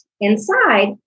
Inside